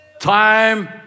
time